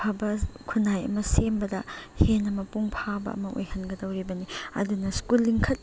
ꯑꯐꯕ ꯈꯨꯟꯅꯥꯏ ꯑꯃ ꯁꯦꯝꯕꯗ ꯍꯦꯟꯅ ꯃꯄꯨꯡ ꯐꯥꯕ ꯑꯃ ꯑꯣꯏꯍꯟꯒꯗꯧꯔꯤꯕꯅꯤ ꯑꯗꯨꯅ ꯁ꯭ꯀꯨꯜꯂꯤꯡ ꯈꯛ